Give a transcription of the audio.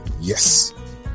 Yes